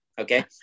okay